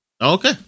Okay